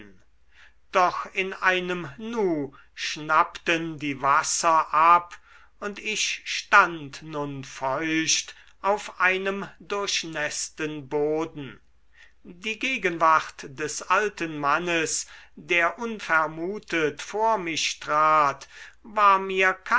doch in einem nu schnappten die wasser ab und ich stand nun feucht auf einem durchnäßten boden die gegenwart des alten mannes der unvermutet vor mich trat war mir